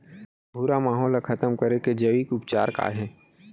भूरा माहो ला खतम करे के जैविक उपचार का हे?